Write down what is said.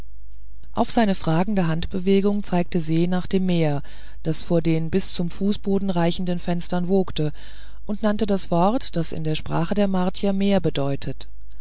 auf seine fragende handbewegung zeigte se nach dem meer das vor den bis zum fußboden reichenden fenstern wogte und nannte das wort das in der sprache der martier meer bedeutet